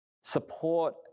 Support